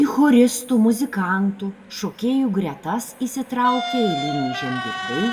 į choristų muzikantų šokėjų gretas įsitraukė eiliniai žemdirbiai